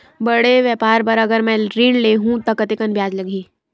बड़े व्यापार बर अगर मैं ऋण ले हू त कतेकन ब्याज लगही?